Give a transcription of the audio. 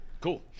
cool